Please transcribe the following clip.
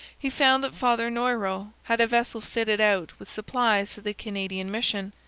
he found that father noyrot had a vessel fitted out with supplies for the canadian mission,